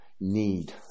need